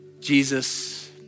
Jesus